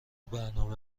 برنامه